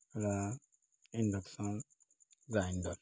ହେଲା induction grinder